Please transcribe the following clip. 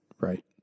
Right